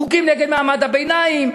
חוקים נגד מעמד הביניים,